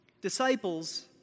Disciples